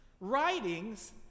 writings